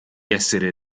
essere